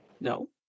No